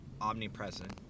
omnipresent